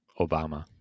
Obama